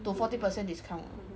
to forty percent discount